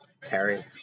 Terry